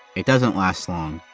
it doesn't last long.